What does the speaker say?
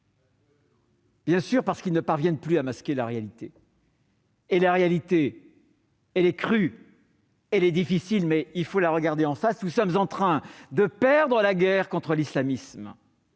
des discours !... ne parviennent plus à masquer la réalité. La réalité est crue et difficile, mais il faut la regarder en face : nous sommes en train de perdre la guerre contre l'islamisme